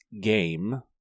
game